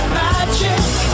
magic